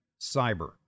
cyber